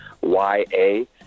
Y-A